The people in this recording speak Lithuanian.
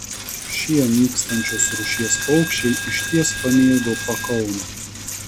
šie nykstančios rūšies paukščiai išties pamėgo pakaunę